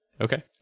Okay